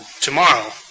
Tomorrow